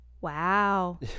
wow